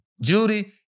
Judy